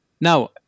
Now